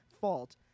fault